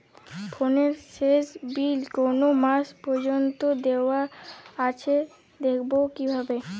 ফোনের শেষ বিল কোন মাস পর্যন্ত দেওয়া আছে দেখবো কিভাবে?